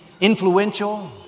influential